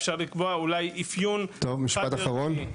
אפשר לקבוע אולי אפיון --- טוב, משפט אחרון.